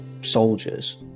soldiers